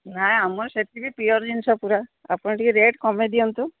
ନାଇଁ ଆମର ସେଇଠି ବି ପିଓର୍ ଜିନିଷ ପୁରା ଆପଣ ଟିକିଏ ରେଟ୍ କମାଇ ଦିଅନ୍ତୁ